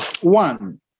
One